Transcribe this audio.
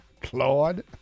Claude